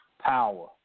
power